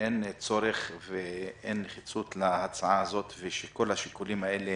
שאין צורך ואין נחיצות להצעה הזאת ושכל השיקולים האלה